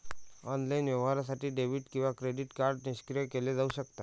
online व्यवहारासाठी debit किंवा credit card निष्क्रिय केले जाऊ शकतात